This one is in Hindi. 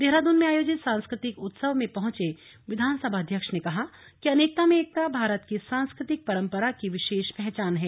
देहरादून में आयोजित सांस्कृतिक उत्सव में पहुंचे विधानसभा अध्यक्ष ने कहा कि अनेकता में एकता भारत की सांस्कृतिक परंपरा की विशेष पहचान है